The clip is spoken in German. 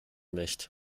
nicht